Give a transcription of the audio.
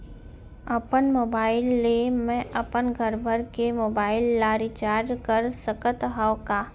अपन मोबाइल ले मैं अपन घरभर के मोबाइल ला रिचार्ज कर सकत हव का?